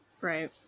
Right